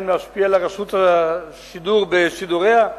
להשפיע על רשות השידור בשידוריה?